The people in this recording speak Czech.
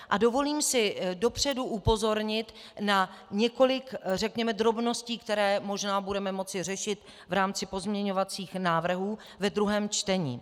A dovolím si dopředu upozornit na několik, řekněme, drobností, které možná budeme moci řešit v rámci pozměňovacích návrhů ve druhém čtení.